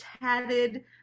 tatted